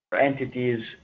entities